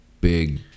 big